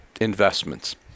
investments